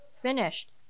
finished